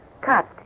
Cut